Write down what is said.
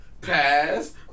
Pass